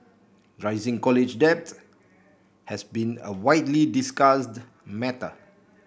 rising college debt has been a widely discussed matter